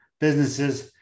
businesses